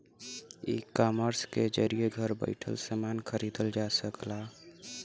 ecommerce के जरिये घर बैइठे समान खरीदल जा सकला